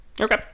Okay